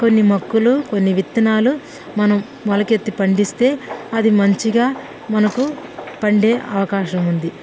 కొన్ని మొక్కలు కొన్ని విత్తనాలు మనం మొలకెత్తి పండిస్తే అది మంచిగా మనకు పండే అవకాశం ఉంది